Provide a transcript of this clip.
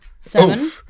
Seven